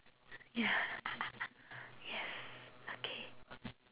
ya yes okay